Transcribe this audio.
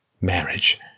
marriage